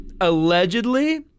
allegedly